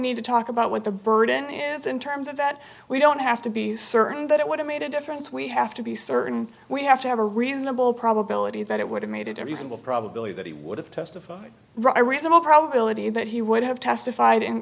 need to talk about what the burden is in terms of that we don't have to be certain that it would have made a difference we have to be certain we have to have a reasonable probability that it would have made every single probability that he would have testified ry reasonable probability that he would have testified in